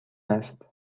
است